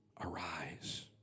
Arise